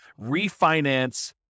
refinance